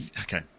okay